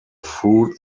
fruit